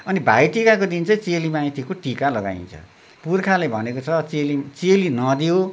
अनि भाइटिकाको दिन चाहिँ चेली माइतीको टिका लगाइन्छ पुर्खाले भनेको छ चेली चेली नदियो